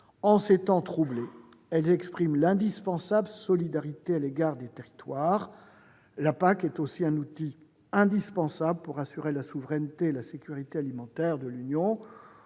En ces temps troublés, elles expriment l'indispensable solidarité à l'égard des territoires. La PAC est en outre un outil indispensable pour assurer la souveraineté et la sécurité alimentaire de l'Union.